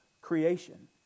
creation